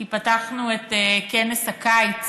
כי פתחנו את כנס הקיץ